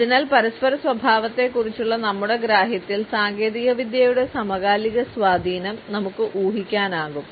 അതിനാൽ പരസ്പര സ്വഭാവത്തെക്കുറിച്ചുള്ള നമ്മുടെ ഗ്രാഹ്യത്തിൽ സാങ്കേതികവിദ്യയുടെ സമകാലിക സ്വാധീനം നമുക്ക് ഊഹിക്കാനാകും